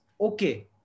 okay